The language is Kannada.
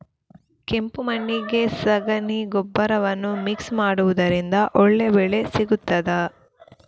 ಕೆಂಪು ಮಣ್ಣಿಗೆ ಸಗಣಿ ಗೊಬ್ಬರವನ್ನು ಮಿಕ್ಸ್ ಮಾಡುವುದರಿಂದ ಒಳ್ಳೆ ಬೆಳೆ ಸಿಗುತ್ತದಾ?